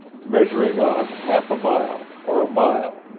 measuring off half a mile, or a mile,